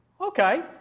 okay